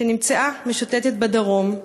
שנמצאה משוטטת בדרום,